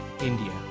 India